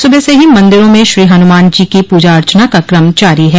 सुबह से ही मंदिरों में श्री हनुमान जी की पूजा अर्चना का क्रम जारी है